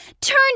Turn